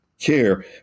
care